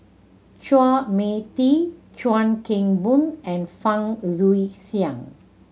Chua Mia Tee Chuan Keng Boon and Fang Guixiang